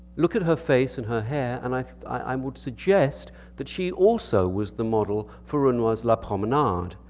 look at her face and her hair and i i um would suggest that she also was the model for renoir's la promenade.